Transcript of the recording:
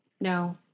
no